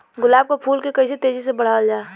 गुलाब क फूल के कइसे तेजी से बढ़ावल जा?